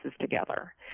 together